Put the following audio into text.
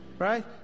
Right